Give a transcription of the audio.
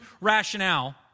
rationale